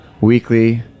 weekly